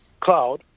Cloud